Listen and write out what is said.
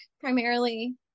primarily